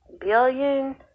billion